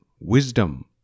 Wisdom